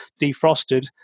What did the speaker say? defrosted